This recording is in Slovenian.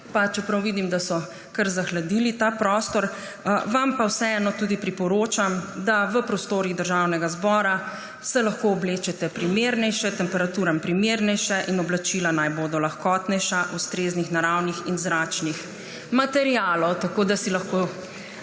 čeprav vidim, da so kar zahladili ta prostor, vam pa vseeno tudi priporočam, da se v prostorih Državnega zbora lahko oblečete temperaturam primernejše in oblačila naj bodo lahkotnejša, ustreznih naravnih in zračnih materialov. Tako si lahko